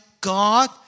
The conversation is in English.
God